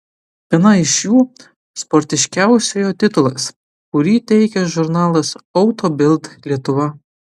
viena iš jų sportiškiausiojo titulas kurį teikia žurnalas auto bild lietuva